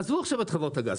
עזבו עכשיו את חברות הגז.